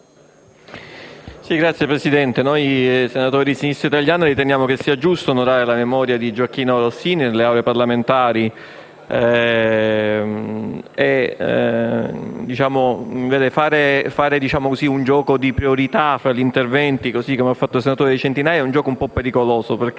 Signor Presidente, noi senatori di Sinistra Italiana riteniamo che sia giusto onorare la memoria di Gioachino Rossini nelle Aule parlamentari. Fare un gioco di priorità fra gli interventi, come ha fatto il senatore Centinaio, è un po' pericoloso.